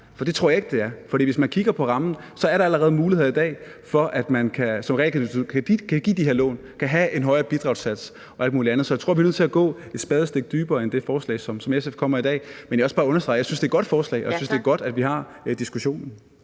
for det tror jeg ikke det er. For hvis man kigger på rammen, er der allerede i dag muligheder for, at man som realkreditinstitut kan give de her lån, kan have en højere bidragssats og alt muligt andet. Så jeg tror, vi er nødt til at gå et spadestik dybere end det forslag, som SF kommer med i dag. Men jeg vil også bare understrege, at jeg synes, det er et godt forslag, og at jeg synes, det er godt, at vi har diskussionen.